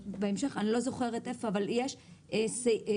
אני לא זוכרת איפה אבל בהמשך יש סמכות